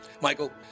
Michael